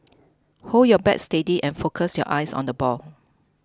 hold your bat steady and focus your eyes on the ball